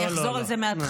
אני אחזור על זה מהתחלה.